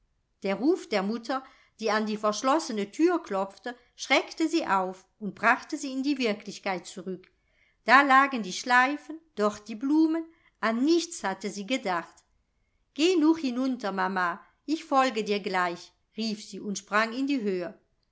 der ruf der mutter die an die verschlossene thür klopfte schreckte sie auf und brachte sie in die wirklichkeit zurück da lagen die schleifen dort die blumen an nichts hatte sie gedacht geh nur hinunter mama ich folge dir gleich rief sie und sprang in die höhe